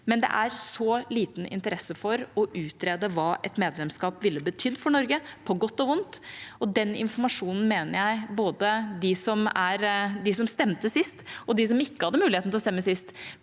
at det er så liten interesse for å utrede hva et medlemskap ville betydd for Norge, på godt og vondt. Den informasjonen mener jeg både de som stemte sist, og de som ikke hadde muligheten til å stemme sist,